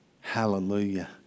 Hallelujah